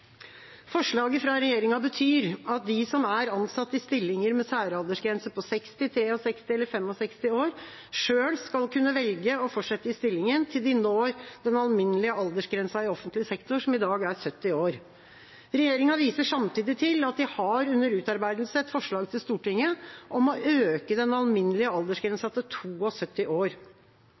Forslaget fra regjeringa betyr at de som er ansatt i stillinger med særaldersgrense på 60 år, 63 år eller 65 år, selv skal kunne velge å fortsette i stillingen til de når den alminnelige aldersgrensen i offentlig sektor, som i dag er 70 år. Regjeringa viser samtidig til at de har under utarbeidelse et forslag til Stortinget om å øke den alminnelige aldersgrensa til 72 år.